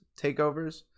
takeovers